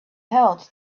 held